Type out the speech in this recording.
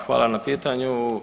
Hvala na pitanju.